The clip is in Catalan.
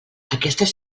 aquestes